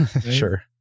Sure